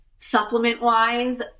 Supplement-wise